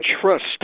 trust